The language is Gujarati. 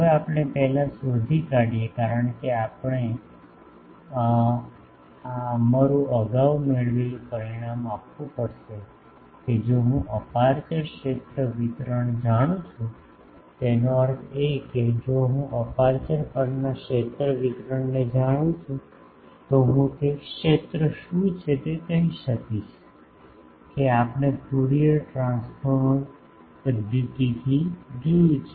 હવે આપણે પહેલા શોધી કાઢીએ કારણ કે આપણે અમારું અગાઉ મેળવેલું પરિણામ આપવું પડશે કે જો હું અપેર્ચર ક્ષેત્ર વિતરણ જાણું છું તેનો અર્થ એ કે જો હું આ અપેર્ચર પરના ક્ષેત્ર વિતરણને જાણું છું તો હું તે ક્ષેત્ર શું છે તે કહી શકશે કે આપણે ફ્યુરીઅર ટ્રાન્સફોર્મર પદ્ધતિ દ્વારા જોયું છે